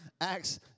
Acts